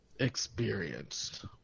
experienced